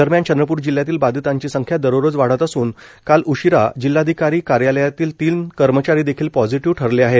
दरम्यान चंद्रपूर जिल्ह्यातील बाधितांची संख्या दररोज वाढत असून काल उशिरा जिल्हाधिकारी कार्यालयातील तीन कर्मचारी देखील पॉझिटिव्ह ठरले आहेत